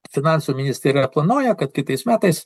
finansų ministerija planuoja kad kitais metais